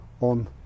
on